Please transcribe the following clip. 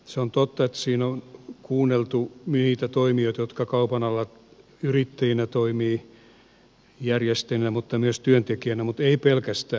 se on totta että tässä selonteossa on kuunneltu niitä toimijoita jotka kaupan alalla yrittäjinä toimivat järjestäjinä mutta myös työntekijöinä mutta ei pelkästään